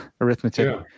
arithmetic